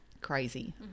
crazy